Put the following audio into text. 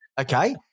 Okay